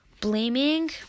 blaming